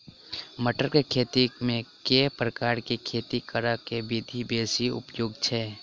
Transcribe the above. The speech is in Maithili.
मटर केँ खेती मे केँ प्रकार केँ खेती करऽ केँ विधि बेसी उपयोगी छै?